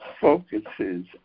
focuses